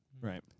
right